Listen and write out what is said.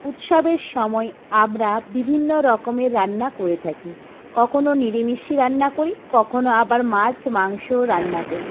উৎসবের সময় আমরা বিভিন্ন রকমের রান্না করে থাকি কখনও নিরামিষ রান্না করি কখনও আবার মাছ মাংসও রান্না করি